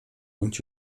und